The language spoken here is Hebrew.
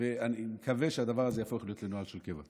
ואני מקווה שהדבר הזה יהפוך להיות נוהל של קבע.